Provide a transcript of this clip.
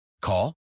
Call